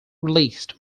released